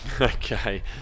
Okay